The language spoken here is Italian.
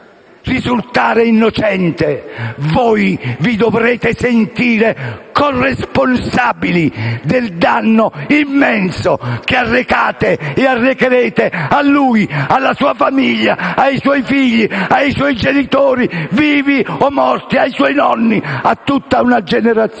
risultare innocente voi vi dovrete sentire corresponsabili del danno immenso che arrecate e arrecherete a lui, alla sua famiglia, ai suoi figli, ai suoi genitori, vivi o morti, ai suoi nonni e a tutta una generazione.